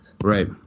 Right